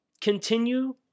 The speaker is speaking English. continue